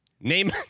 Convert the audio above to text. name